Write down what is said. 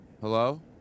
hello